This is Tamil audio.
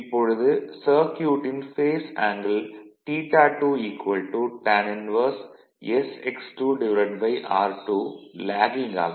இப்பொழுது சர்க்யூட்டின் phase angle θ2 tan 1sx2 r2 lagging ஆகும்